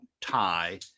tie